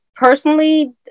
personally